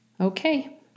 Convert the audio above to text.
Okay